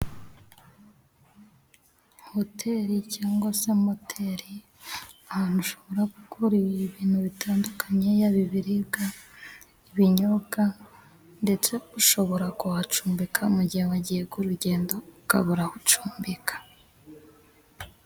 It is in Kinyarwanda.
Hoteri cyangwa se moteri, ahantu ushobora gukura ibintu bitandukanye yaba ibiribwa, ibinyobwa ndetse ushobora kuhacumbika mu gihe wagiye ku rugendo, ukabura aho ucumbika.